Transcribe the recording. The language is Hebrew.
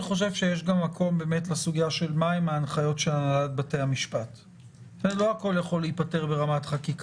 גם אם אני זוכר נכון אמרנו שהנתונים האלה לא כוללים את ההבאות הישירות